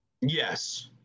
Yes